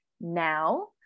now